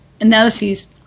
analyses